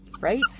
right